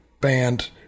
band